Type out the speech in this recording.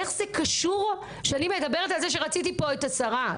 איך זה קשור למה שאני מדברת פה שרציתי את השרה.